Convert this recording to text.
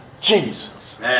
Jesus